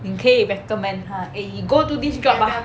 你可以 recommend 他 eh you go do this job ah